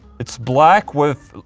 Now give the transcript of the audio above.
it's black with.